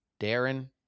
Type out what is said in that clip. Darren